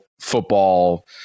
football